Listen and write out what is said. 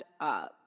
up